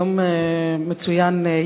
יום מצוין,